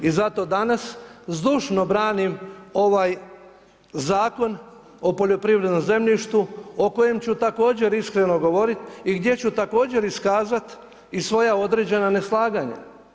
I zato danas zdušno branim ovaj Zakon o poljoprivrednom zemljištu o kojem ću također iskreno govoriti i gdje ću također iskazati i svoja određena neslaganja.